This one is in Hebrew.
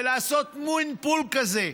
ולעשות מין פול כזה.